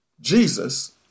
Jesus